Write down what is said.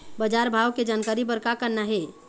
बजार भाव के जानकारी बर का करना हे?